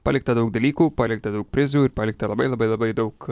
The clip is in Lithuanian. palikta daug dalykų palikta daug prizų ir palikta labai labai labai daug